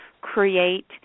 create